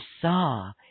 saw